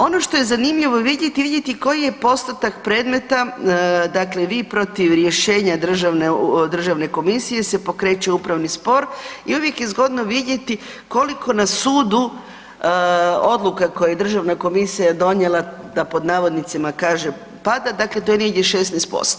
Ono što je zanimljivo vidjeti, vidjeti koji je postotak predmeta dakle vi protiv rješenja državne komisije se pokreće upravni spor i uvijek je zgodno vidjeti koliko na sudu odluka koje je državna komisija donijela da pod navodnicima kažem pada, dakle to je negdje 16%